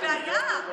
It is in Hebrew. זאת בעיה.